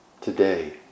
today